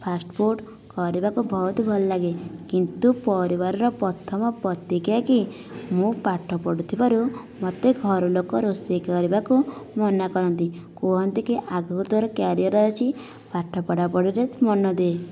first food କରିବାକୁ ବହୁତ ଭଲ ଲାଗେ କିନ୍ତୁ ପରିବାରର ପ୍ରଥମ ପ୍ରତିକ୍ରିୟା କି ମୁଁ ପାଠ ପଢ଼ୁଥିବାରୁ ମୋତେ ଘରଲୋକ ରୋଷେଇ କରିବାକୁ ମନା କରନ୍ତି କୁହନ୍ତି କି ଆଗକୁ ତୋର କ୍ୟାରିୟର ଅଛି ପାଠ ପଢ଼ା ପଢ଼ିରେ ମନ ଦେ